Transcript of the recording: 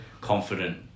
confident